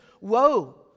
Woe